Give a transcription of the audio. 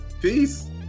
Peace